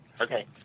Okay